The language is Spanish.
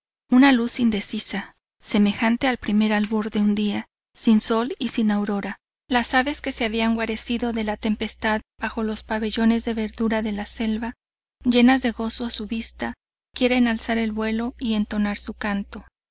una luz indecisa semejante al primer albor de un día sin sol y sin aurora las aves que se habían guarecido de la tempestad bajo los pabellones de verdura de la selva llenas de gozo a su vista quieren alzar el vuelo y entonar su canto